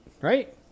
right